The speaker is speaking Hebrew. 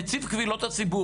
נציב קבילות הציבור,